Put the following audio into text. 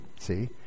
See